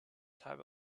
type